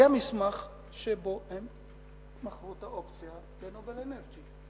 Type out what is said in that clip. היה מסמך שבו הם מכרו את האופציה ל"נובל אנרג'י".